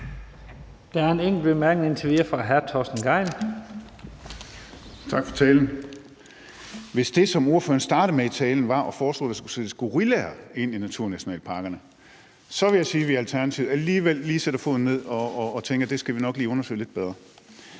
Hvis det, som ordføreren i talen startede med at foreslå, var, at der skulle sættes gorillaer ind i naturnationalparkerne, så vil jeg sige, at vi i Alternativet alligevel lige sætter foden ned og tænker, at det skal vi nok lige undersøge lidt bedre.